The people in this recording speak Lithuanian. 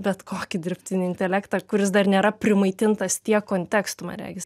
bet kokį dirbtinį intelektą kuris dar nėra primaitintas tiek kontekstų man regis